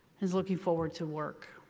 is looking forward to work,